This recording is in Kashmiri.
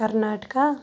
کَرناٹکا